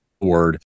Word